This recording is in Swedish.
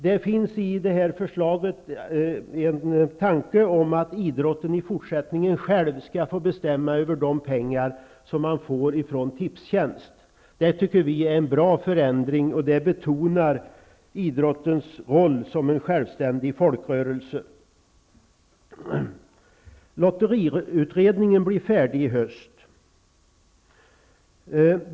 Det finns i det här förslaget en tanke om att idrotten i fortsättningen själv skall få bestämma över de pengar som man får ifrån Tipstjänst. Det tycker vi är en bra förändring. Det betonar idrottens roll som en självständig folkrörelse. Lotteriutredningen blir färdig i höst.